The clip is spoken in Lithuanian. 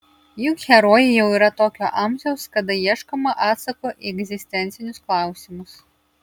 juk herojai jau yra tokio amžiaus kada ieškoma atsako į egzistencinius klausimus